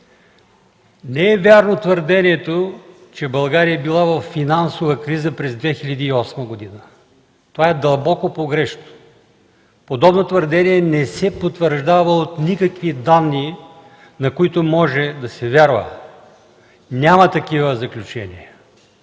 Не е вярно твърдението, че България е била във финансова криза през 2008 г. Това е дълбоко погрешно. Подобно твърдение не се потвърждава от никакви данни, на които може да се вярва. Няма такива заключения!